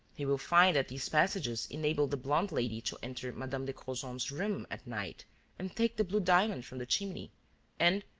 he will find that these passages enabled the blonde lady to enter madame de crozon's room at night and take the blue diamond from the chimney and,